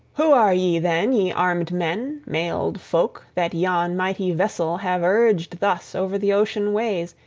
who are ye, then, ye armed men, mailed folk, that yon mighty vessel have urged thus over the ocean ways,